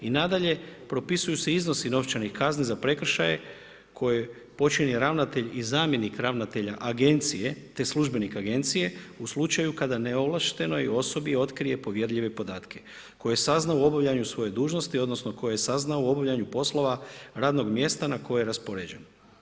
I nadalje, propisuju se iznosi novčanih kazni za prekršaje koje počinje ravnatelj i zamjenik ravnatelja agencije te službenik agencije, u slučaju kada neovlaštenoj osobi otkrije povjerljive podatke, koje je saznao u obavljenoj svoje dužnosti, odnosno, koje je saznao u obavljanju poslova radnog mjesta na koje je raspoređen.